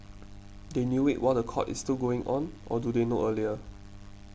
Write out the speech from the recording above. they knew it while the court is still going on or do they know earlier